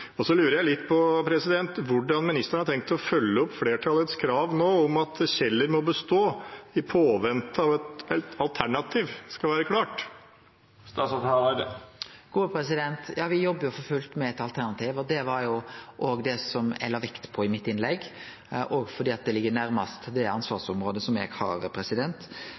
Så lurer jeg litt på hvordan ministeren har tenkt å følge opp flertallets krav nå om at Kjeller må bestå, i påvente av at et alternativ skal være klart. Me jobbar for fullt med eit alternativ. Det var det eg la vekt på i mitt innlegg, òg fordi det ligg nærmast det ansvarsområdet eg har. Me har